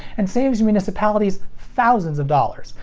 and saves municipalities thousands of dollars,